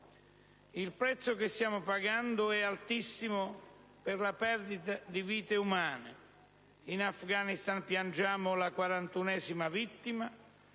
«Il prezzo che stiamo pagando è altissimo per la perdita di vite umane» - in Afghanistan piangiamo la quarantunesima vittima